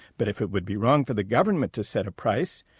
but if it would be wrong for the government to set a price,